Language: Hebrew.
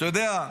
אתה יודע,